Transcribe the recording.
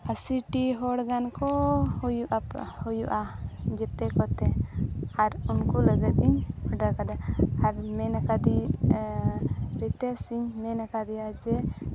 ᱟᱥᱤ ᱴᱤ ᱦᱚᱲ ᱜᱟᱱ ᱠᱚ ᱦᱩᱭᱩᱜᱼᱟᱠᱚ ᱦᱩᱭᱩᱜᱼᱟ ᱡᱚᱛᱚ ᱠᱚᱛᱮ ᱟᱨ ᱩᱱᱠᱩ ᱞᱟᱹᱜᱤᱫ ᱤᱧ ᱚᱰᱟᱨ ᱠᱟᱫᱟ ᱟᱨ ᱢᱮᱱ ᱟᱠᱟᱫᱤᱭᱟᱹᱧ ᱨᱤᱛᱟᱹᱥ ᱤᱧ ᱢᱮᱱᱟᱠᱟᱫᱮᱭᱟ ᱡᱮ